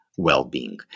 well-being